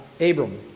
Abram